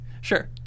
Sure